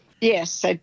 Yes